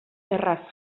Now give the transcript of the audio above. erraz